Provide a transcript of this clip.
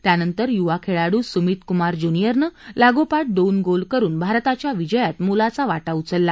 त्यानंतर युवा खेळाडू सुमित कुमार ज्युनियरनं लागोपाठ दोन गोल करून भारताच्या विजयात मोलाचा वाटा उचलला